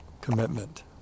commitment